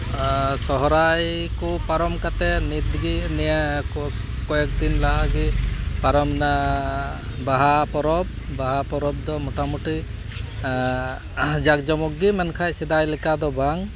ᱥᱚᱦᱚᱨᱟᱭ ᱠᱚ ᱯᱟᱨᱚᱢ ᱠᱟᱛᱮᱫ ᱱᱤᱛᱜᱮ ᱱᱤᱭᱟᱹ ᱠᱚᱭᱮᱠ ᱫᱤᱱ ᱞᱟᱦᱟᱜᱮ ᱯᱟᱨᱚᱢᱮᱱᱟ ᱵᱟᱦᱟ ᱯᱚᱨᱚᱵᱽ ᱵᱟᱦᱟ ᱯᱚᱨᱚᱵᱽ ᱫᱚ ᱢᱚᱴᱟᱼᱢᱩᱴᱤ ᱡᱟᱸᱠ ᱡᱚᱢᱚᱠ ᱜᱮ ᱢᱮᱱᱠᱷᱟᱡ ᱥᱮᱫᱟᱭ ᱞᱮᱠᱟ ᱫᱚ ᱵᱟᱝ